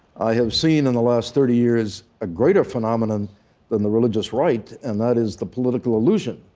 i have seen in the last thirty years a greater phenomenon than the religious right and that is the political illusion,